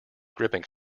gripping